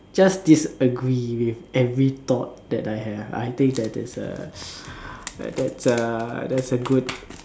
just disagree with every thought that I have I think that that that's a that's a good